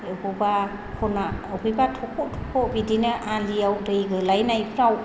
बबेबा खना बबेबा थख' थख' बिदिनो आलियाव दै गोलैनायफ्राव